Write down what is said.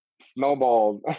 snowballed